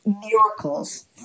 miracles